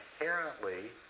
inherently